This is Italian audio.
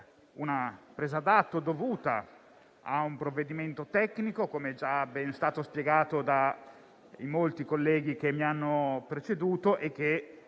una presa d'atto dovuta di un provvedimento tecnico, come è già stato ben spiegato da molti colleghi che mi hanno preceduto, che,